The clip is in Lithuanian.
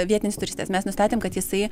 vietinis turistas mes nustatėm kad jisai